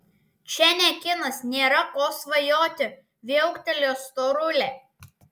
čia ne kinas nėra ko svajoti viauktelėjo storulė